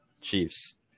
Chiefs